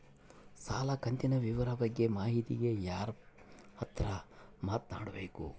ಸಾಲ ಕಂತಿನ ವಿವರ ಬಗ್ಗೆ ಮಾಹಿತಿಗೆ ಯಾರ ಹತ್ರ ಮಾತಾಡಬೇಕು?